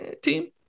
team